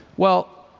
well,